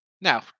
now